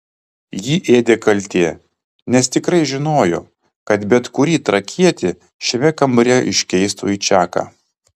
jį ėdė kaltė nes tikrai žinojo kad bet kurį trakietį šiame kambaryje iškeistų į čaką